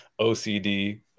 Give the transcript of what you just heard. OCD